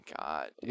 god